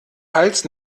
hals